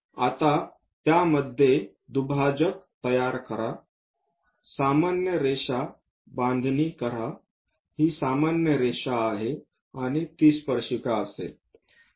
आता त्यामध्ये दुभाजक तयार करा सामान्य रेषा बनवा हि सामान्य रेषा आहे आणि हि स्पर्शिका असेल